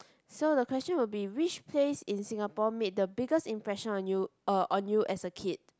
so the question would be which place in Singapore made the biggest impression on you uh on you as a kid